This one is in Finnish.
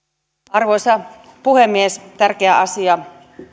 arvoisa puhemies tärkeä asia